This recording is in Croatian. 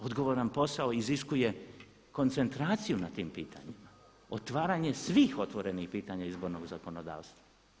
Odgovoran posao iziskuje koncentraciju nad tim pitanjima, otvaranje svih otvorenih pitanja izbornog zakonodavstva.